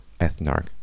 ethnarch